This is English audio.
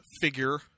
figure